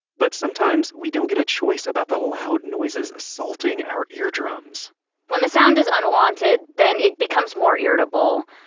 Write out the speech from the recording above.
but sometimes we don't get a choice about the loud noises assaulting our eardrums when the sound is unwanted then it becomes more irritable,